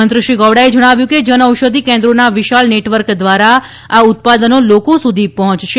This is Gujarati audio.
મંત્રીશ્રી ગૌડાએ જણાવ્યું કે જનઔષધિ કેન્રોત્ના વિશાળ નેટવર્ક દ્વારા આ ઉત્પાદનો લોકો સુધી પહોંચશે